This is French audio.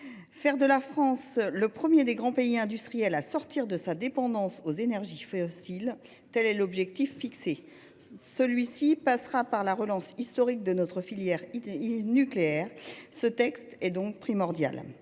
faire de la France le premier des grands pays industriels à sortir de la dépendance aux énergies fossiles, tel est l’objectif fixé. Cela passera par la relance, historique, de notre filière nucléaire. Ce texte est donc primordial.